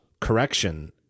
correction